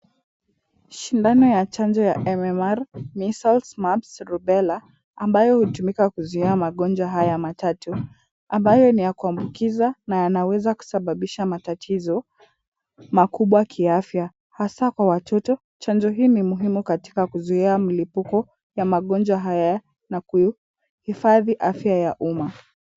Sindano ya chanjo ya MMR, measles , mumps, rubella , ambayo hutumika kuzuia magonjwa haya matatu, ambayo ni ya kuambukiza na yanaweza kusababisha matatizo, makubwa kiafya, hasa kwa watoto. Chanjo hii ni muhimu katika kuzuia mlipuko ya magonjwa haya na kuhifadhi afya ya umma.